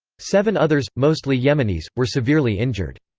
seven others, mostly yemenis, were severely injured.